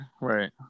right